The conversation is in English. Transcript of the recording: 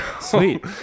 Sweet